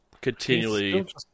continually